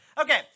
Okay